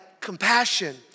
compassion